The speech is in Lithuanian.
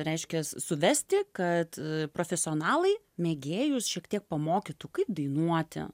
reiškias suvesti kad profesionalai mėgėjus šiek tiek pamokytų kaip dainuoti